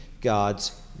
God's